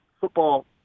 football